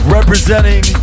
Representing